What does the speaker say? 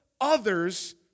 others